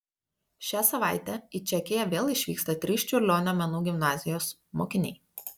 šią savaitę į čekiją vėl išvyksta trys čiurlionio menų gimnazijos mokiniai